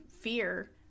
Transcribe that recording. fear